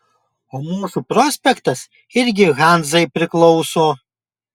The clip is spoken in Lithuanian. o mūsų prospektas irgi hanzai priklauso